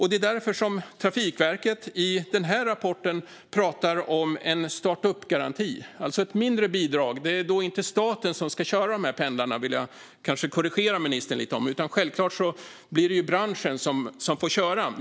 Det är därför Trafikverket i denna rapport talar om en starta upp-garanti, alltså ett mindre bidrag. Jag vill korrigera ministern lite och säga att det inte är staten som ska köra dessa pendlar, utan det blir självklart branschen som får köra.